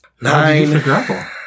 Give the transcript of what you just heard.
Nine